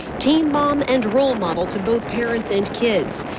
teen mom and role model to both parents and kids.